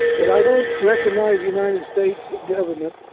but i don't recognize the united states government